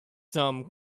some